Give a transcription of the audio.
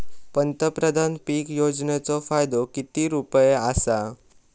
पंतप्रधान पीक योजनेचो फायदो किती रुपये आसा?